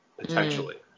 potentially